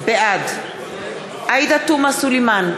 בעד עאידה תומא סלימאן,